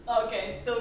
Okay